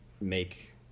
make